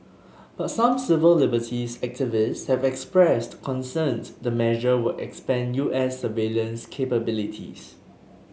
but some civil liberties activists have expressed concern the measure would expand U S surveillance capabilities